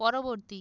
পরবর্তী